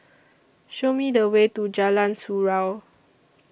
Show Me The Way to Jalan Surau